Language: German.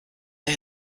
der